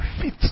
fit